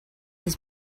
his